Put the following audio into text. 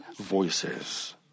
voices